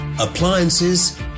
appliances